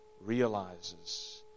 realizes